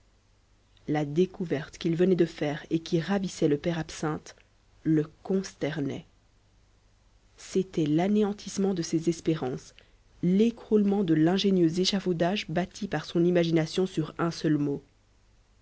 la découverte qu'il venait de faire et qui ravissait le père absinthe le consternait c'était l'anéantissement de ses espérances l'écroulement de l'ingénieux échafaudage bâti par son imagination sur un seul mot